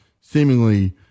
seemingly